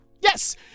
Yes